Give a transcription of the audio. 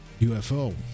UFO